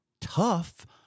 tough